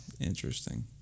Interesting